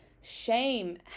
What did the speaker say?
shame